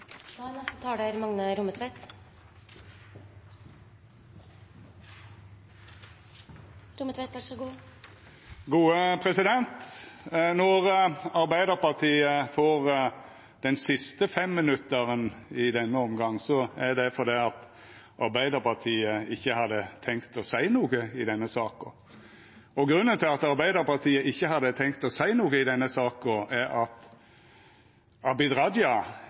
Når Arbeidarpartiet får det siste femminuttsinnlegget i denne omgangen, er det fordi Arbeidarpartiet ikkje hadde tenkt å seia noko i denne saka. Og grunnen til at Arbeidarpartiet ikkje hadde tenkt å seia noko i denne saka, er at Abid Q. Raja